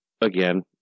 again